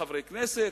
חברי כנסת,